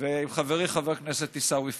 ועם חברי חבר הכנסת עיסאווי פריג'.